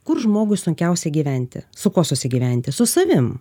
kur žmogui sunkiausia gyventi su kuo susigyventi su savim